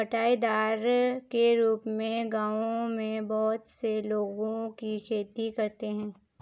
बँटाईदार के रूप में गाँवों में बहुत से लोगों की खेती करते हैं